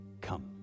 come